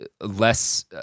less